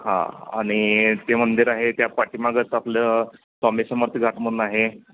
हां आणि ते मंदिर आहे त्या पाठीमागंच आपलं स्वामी समर्थ घाट म्हणून आहे